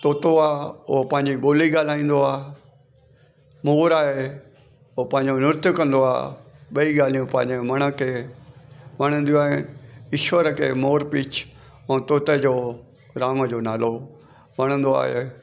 तोतो आहे उहो पांजी ॿोली ॻाल्हाईंदो आहे मोर आहे उहो पंहिंजो नृत्य कंदो आहे ॿई ॻाल्हियूं पंहिंजे मन खे वणदियूं आहिनि ईशवर खे मोर पीछ तोते जो राम जो नालो वणंदो आहे